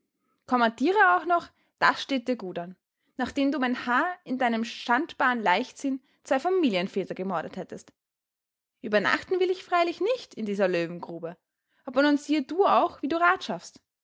kommandiere auch noch das steht dir gut an nachdem du um ein haar in deinem schandbaren leichtsinn zwei familienväter gemordet hättest uebernachten will ich freilich nicht in dieser löwengrube aber nun siehe du auch wie du rat schaffst